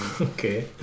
okay